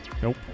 Nope